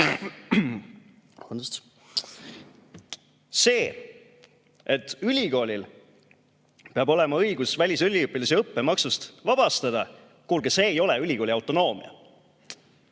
See, et ülikoolil peab olema õigus välisüliõpilasi õppemaksust vabastada – kuulge, see ei ole ülikooli autonoomia!